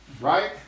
Right